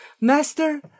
Master